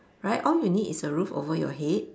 right all you need is a roof over your head